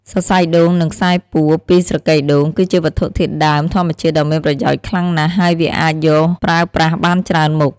សរសៃដូង និងខ្សែពួរពីស្រកីដូង គឺជាវត្ថុធាតុដើមធម្មជាតិដ៏មានប្រយោជន៍ខ្លាំងណាស់ហើយវាអាចយកប្រើប្រាស់បានច្រើនមុខ។